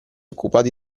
occupati